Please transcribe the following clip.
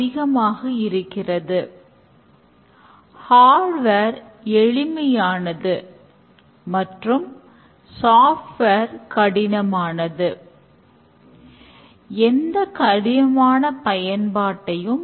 அதாவது 70 ஏற்கனவே உள்ள coding 10 புதிய coding மற்றும் 20 மாற்றங்களானது நடைபெறும்